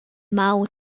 mao